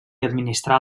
administrar